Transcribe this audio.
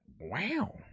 Wow